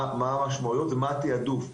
מה המשמעויות ומה התיעדוף.